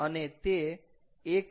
અને તે 1